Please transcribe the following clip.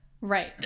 Right